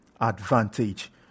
advantage